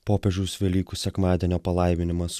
popiežiaus velykų sekmadienio palaiminimas